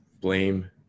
blame